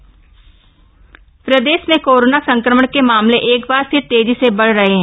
corona मामले प्रदेश में कोरोना संक्रमण के मामले एक बार फिर से तेजी से बढ़ रहे हैं